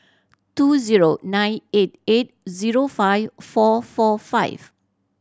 two zero nine eight eight zero five four four five